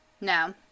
No